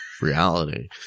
reality